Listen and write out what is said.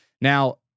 Now